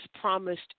promised